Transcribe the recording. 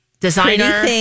designer